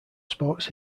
sports